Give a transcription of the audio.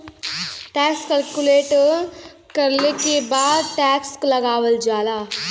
tax calculate करले के बाद टैक्स लगावल जाला